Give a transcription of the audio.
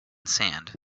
sand